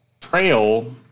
Trail